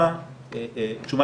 מאוד מאוד כדאי והתועלת תהיה אולי 400